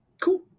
cool